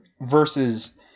versus